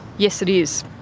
yes, it is.